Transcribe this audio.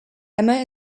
emma